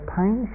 pain